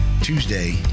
Tuesday